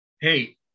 hey